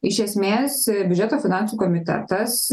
iš esmės biudžeto finansų komitetas